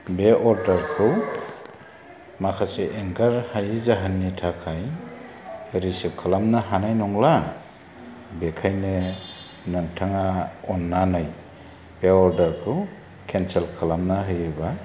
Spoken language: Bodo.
बे अर्दारखौ माखासे एंगार हायै जाहोननि थाखाय रिसिभ खालामनो हानाय नंला बेखायनो नोंथाङा अननानै बे अर्दारखौ केनसेल खालामना होयोब्ला